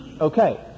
Okay